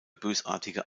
bösartige